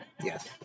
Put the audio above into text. Yes